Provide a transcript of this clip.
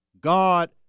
God